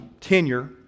tenure